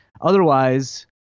otherwise